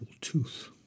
tooth